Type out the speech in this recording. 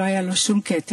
הוא לא עמד בראש אימפריה,